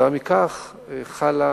כתוצאה מכך חלה